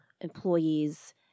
employees